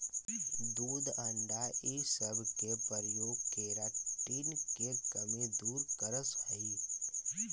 दूध अण्डा इ सब के प्रयोग केराटिन के कमी दूर करऽ हई